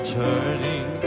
turning